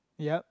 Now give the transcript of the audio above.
yea